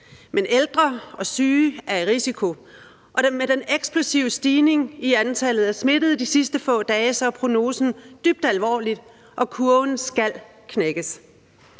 men ældre og syge er i risiko, og med den eksplosive stigning i antallet af smittede de sidste få dage er prognosen dybt alvorlig, og kurven skal knækkes.